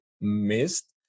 missed